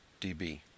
db